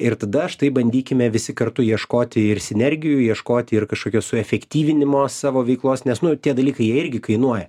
ir tada štai bandykime visi kartu ieškoti ir sinergijų ieškoti ir kažkokios suefektyvinimo savo veiklos nes nu tie dalykai jie irgi kainuoja